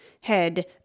head